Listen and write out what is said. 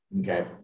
okay